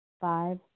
Five